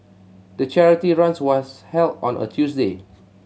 the charity runs was held on a Tuesday